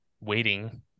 waiting